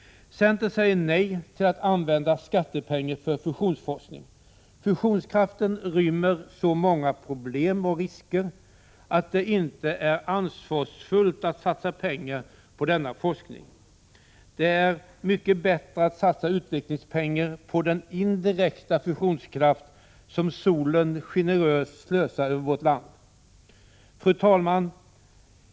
Centern säger nej till att använda skattepengar för fusionsforskning. Fusionskraften rymmer så många problem och risker att det inte är ansvarsfullt att satsa pengar på denna forskning. Det är mycket bättre att satsa utvecklingspengarna på den indirekta fusionskraft som solen generöst slösar över vårt land. Fru talman!